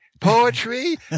poetry